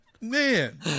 Man